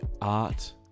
art